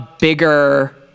bigger